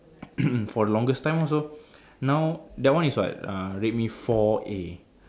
for longest time also now that one is what err Redmi-four A